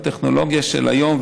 בטכנולוגיה של היום,